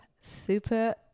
super